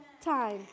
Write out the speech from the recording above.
time